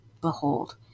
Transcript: behold